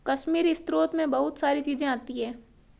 कश्मीरी स्रोत मैं बहुत सारी चीजें आती है